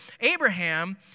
Abraham